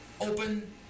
open